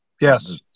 Yes